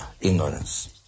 ignorance